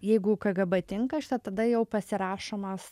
jeigu kgb tinka šita tada jau pasirašomas